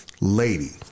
lady